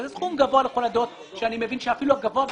זה סכום גבוה לכל הדעות שאני מבין שאפילו הגבוה ביותר,